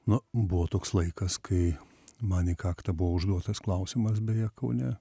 nu buvo toks laikas kai man į kaktą buvo užduotas klausimas beje kaune